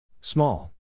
Small